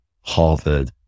Harvard